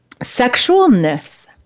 sexualness